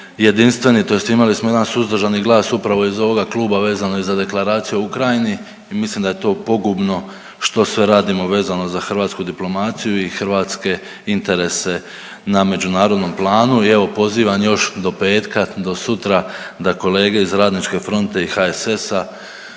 jedinstveni, tj. imali smo jedan suzdržani glas upravo iz ovoga kluba vezano i za Deklaraciju o Ukrajini i mislim da je to pogubno što sve radimo za hrvatsku diplomaciju i hrvatske interese na međunarodnom planu i evo, pozivam još do petka do sutra da kolege iz Radničke fronte i HSS-a